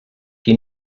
qui